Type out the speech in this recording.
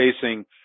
facing